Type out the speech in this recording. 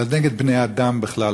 אלא נגד בני-אדם בכלל,